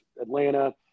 Atlanta